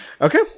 Okay